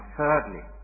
thirdly